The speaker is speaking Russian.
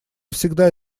всегда